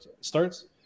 starts